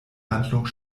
handlung